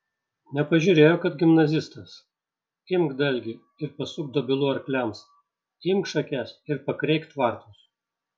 nepažiūrėjo kad gimnazistas imk dalgį ir pasuk dobilų arkliams imk šakes ir pakreik tvartus